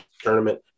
tournament